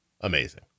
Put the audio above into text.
Amazing